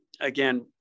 again